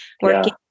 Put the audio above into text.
working